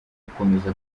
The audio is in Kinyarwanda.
gukomeza